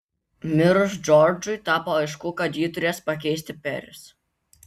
mirus džordžui tapo aišku kad jį turės pakeisti peris